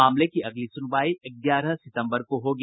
मामले की अगली सुनवाई ग्यारह सितम्बर को होगी